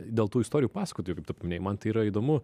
dėl tų istorijų pasakotojų kaip tu paminėjai man tai yra įdomu